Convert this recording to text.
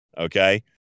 Okay